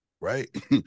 Right